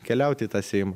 keliaut į tą seimą